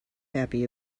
happy